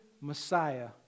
Messiah